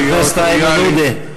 חבר הכנסת איימן עודה,